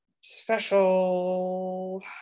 special